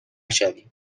شوی